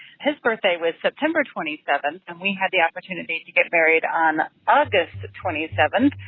his birthday was september twenty seven. and we had the opportunity to get married on august twenty seven.